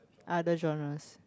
other genres